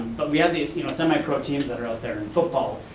but we have these you know semi-club teams that are out there and football,